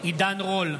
עידן רול,